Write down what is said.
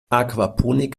aquaponik